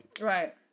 Right